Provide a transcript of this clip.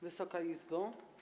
Wysoka Izbo!